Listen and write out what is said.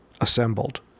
assembled